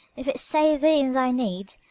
if it save thee in thy need,